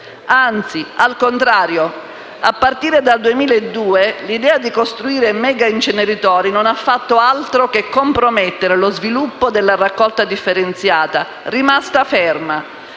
Anzi, al contrario, a partire dal 2002, l'idea di costruire mega inceneritori non ha fatto altro che compromettere lo sviluppo della raccolta differenziata, rimasta ferma,